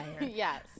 yes